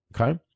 okay